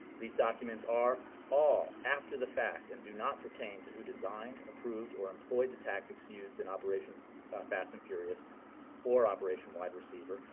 these documents are all after the fact and do not pertain to who designed, approved, or employed the tactics used in operation fast and furious or operation wide receiver,